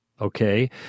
Okay